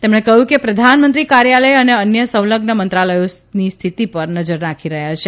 તેમણે કહ્યું કે પ્રધાનમંત્રી કાર્યાલય અને અન્ય સંલઝ્ન મંત્રાલયો સ્થિતિ પર નજર રાખી રહ્યાં છે